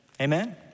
Amen